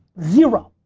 zero.